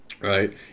right